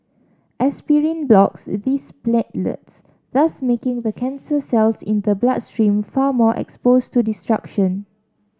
aspirin blocks these platelets thus making the cancer cells in the bloodstream far more exposed to destruction